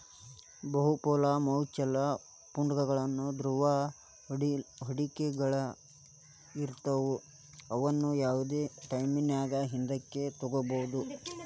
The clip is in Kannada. ಬಹುಪಾಲ ಮ್ಯೂಚುಯಲ್ ಫಂಡ್ಗಳು ದ್ರವ ಹೂಡಿಕೆಗಳಾಗಿರ್ತವ ಅವುನ್ನ ಯಾವ್ದ್ ಟೈಮಿನ್ಯಾಗು ಹಿಂದಕ ತೊಗೋಬೋದು